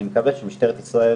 אני מקווה שבמשטרת ישראל